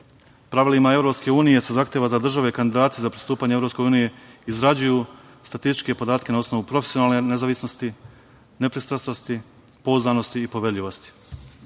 pravilu, EU zahteva za države kandidate za pristupanje EU da izrađuju statističke podatke na osnovu profesionalne nezavisnosti, nepristrasnosti, pouzdanosti i poverljivosti. Poglavlje